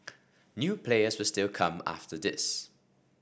new players still come after this